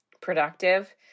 productive